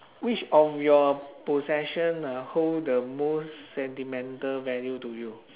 which of your possession uh hold the most sentimental value to you